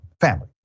family